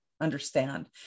understand